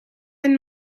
and